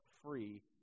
free